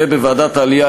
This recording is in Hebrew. ובוועדת העלייה,